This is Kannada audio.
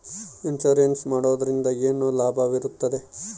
ಇನ್ಸೂರೆನ್ಸ್ ಮಾಡೋದ್ರಿಂದ ಏನು ಲಾಭವಿರುತ್ತದೆ?